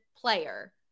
player